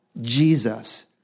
Jesus